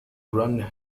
run